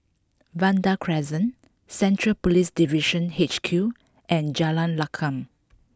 Vanda Crescent Central Police Division H Q and Jalan Lakum